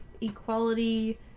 equality